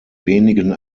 wenigen